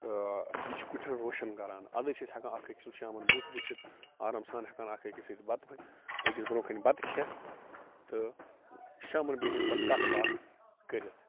یہِ چھِ کُٹھٮ۪ن روشن کَران ادے چھِ أسۍ ہیٚکان اَکھ أکۍ سُنٛد شامن بُتھ وٕچھتھ آرام سان ہیٚکان اَکھ أکِس سۭتۍ بتہٕ پھٔلۍ أکِس برٛونٛہہ کٔنۍ بتہٕ کھیٚتھ تہٕ شامن بِہتھ پتہٕ کَتھ باتھ کٔرِتھ